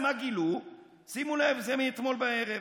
ככה יוצא ומאיים על מדינת ישראל באינתיפאדה.